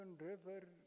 River